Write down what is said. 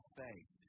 faith